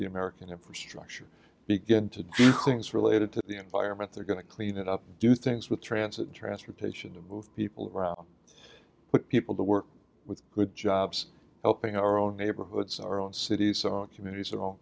the american infrastructure begin to do things related to the environment they're going to clean it up and do things with transit transportation to move people around put people to work with good jobs helping our own neighborhoods our own cities our communit